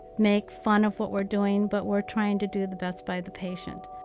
make fun of what we're doing, but we're trying to do the best by the patient.